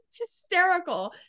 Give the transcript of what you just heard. hysterical